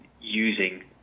using